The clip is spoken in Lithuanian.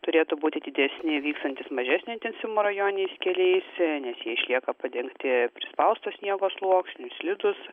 turėtų būti atidesni vystantys mažesnio intensyvumo rajoniniais keliais nes jie išlieka padengti prispausto sniego sluoksniu slidūs